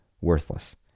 worthless